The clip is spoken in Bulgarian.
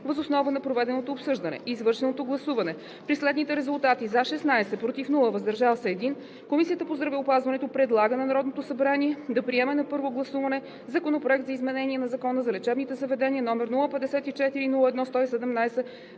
Въз основа на проведеното обсъждане и извършеното гласуване при следните резултати: 16 гласа „за“, без гласове „против“ и 1 глас „въздържал се“, Комисията по здравеопазването предлага на Народното събрание да приеме на първо гласуване Законопроект за изменение на Закона за лечебните заведения, № 054-01-117,